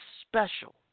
special